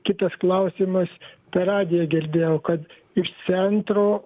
kitas klausimas per radiją girdėjau kad iš centro